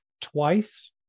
twice